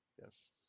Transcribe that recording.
Yes